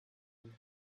and